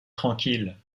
tranquille